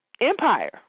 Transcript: empire